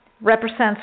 Represents